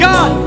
God